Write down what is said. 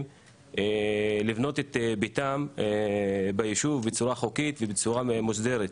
לבנות את ביתם ביישוב בצורה חוקית ובצורה מוסדרת.